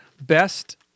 best